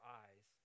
eyes